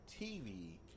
TV